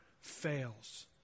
fails